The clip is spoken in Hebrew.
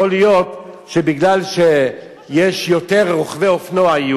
יכול להיות שמפני שיש יותר רוכבי אופנוע,